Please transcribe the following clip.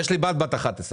הבת שלי בת 11,